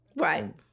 Right